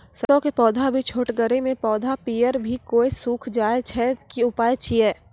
सरसों के पौधा भी छोटगरे मे पौधा पीयर भो कऽ सूख जाय छै, की उपाय छियै?